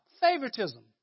favoritism